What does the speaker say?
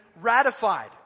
ratified